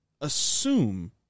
assume